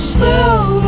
Smell